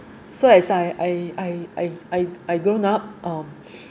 so as I I I I I I grown up um